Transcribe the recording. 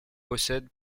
possède